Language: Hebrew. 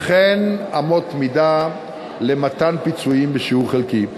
וכן אמות מידה למתן פיצויים בשיעור חלקי.